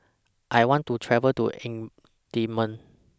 I want to travel to